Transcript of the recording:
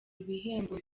ibihembo